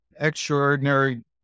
extraordinary